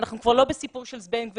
אנחנו כבר לא בסיפור של זבנג וגמרנו.